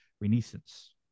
Renaissance